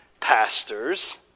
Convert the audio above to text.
pastors